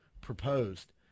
proposed